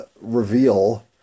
reveal